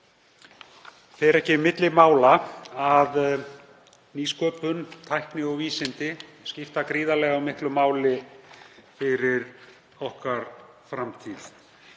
fer ekki á milli mála að nýsköpun, tækni og vísindi skipta gríðarlega miklu máli fyrir okkar framtíð,